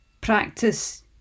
Practice